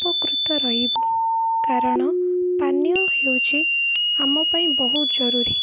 ଉପକୃତ ରହିବୁ କାରଣ ପାନୀୟ ହେଉଛି ଆମ ପାଇଁ ବହୁତ ଜରୁରୀ